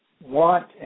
want